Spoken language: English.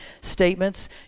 statements